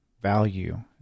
value